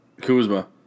Kuzma